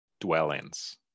dwellings